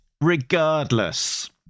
regardless